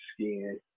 skin